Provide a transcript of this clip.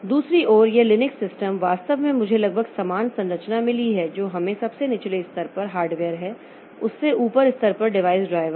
दूसरी ओर यह लिनक्स सिस्टम वास्तव में मुझे लगभग समान संरचना मिली है जो हमें सबसे निचले स्तर पर हार्डवेयर है उससे ऊपर स्तर पर डिवाइस ड्राइवर है